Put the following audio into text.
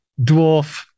dwarf